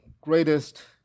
greatest